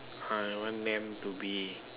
I want them to be